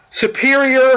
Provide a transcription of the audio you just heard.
superior